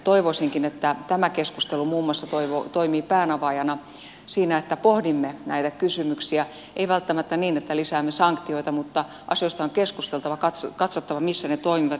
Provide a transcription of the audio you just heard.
toivoisinkin että tämä keskustelu muun muassa toimii päänavaajana siinä että pohdimme näitä kysymyksiä ei välttämättä niin että lisäämme sanktioita mutta asioista on keskusteltava ja katsottava missä ne toimivat